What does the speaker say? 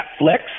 Netflix